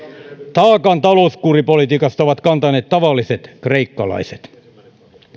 taakan talouskuripolitiikasta ovat kantaneet tavalliset kreikkalaiset